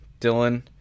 dylan